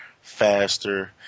faster